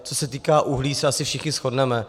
Co se týká uhlí, se asi všichni shodneme.